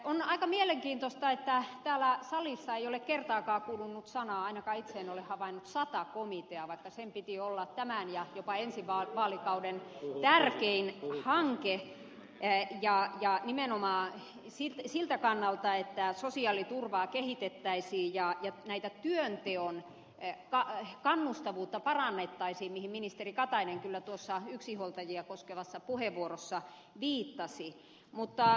on aika mielenkiintoista että täällä salissa ei ole kertaakaan kuulunut sanaa ainakaan itse en ole havainnut sata komitea vaikka sen piti olla tämän ja jopa ensi vaalikauden tärkein hanke ja nimenomaan siltä kannalta että sosiaaliturvaa kehitettäisiin ja tätä työnteon kannustavuutta parannettaisiin mihin ministeri katainen kyllä tuossa yksinhuoltajia koskevassa puheenvuorossaan viittasi